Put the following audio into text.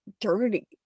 Dirty